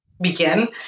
begin